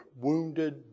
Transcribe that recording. wounded